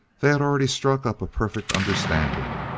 they had already struck up a perfect understanding.